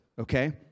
okay